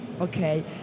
Okay